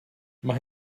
mae